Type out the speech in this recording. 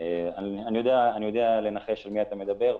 אני יודע לנחש על מי אתה מדבר,